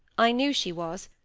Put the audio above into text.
i knew she was,